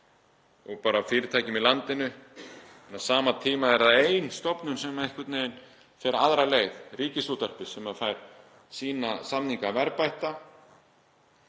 og bara fyrirtækjum í landinu en á sama tíma er ein stofnun sem fer einhvern veginn aðra leið, Ríkisútvarpið sem fær sína samninga verðbætta.